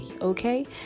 Okay